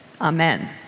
Amen